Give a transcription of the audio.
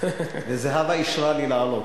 וזהבה אישרה לי לעלות.